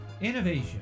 Innovation